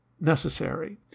necessary